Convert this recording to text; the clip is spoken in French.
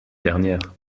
dernière